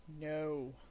no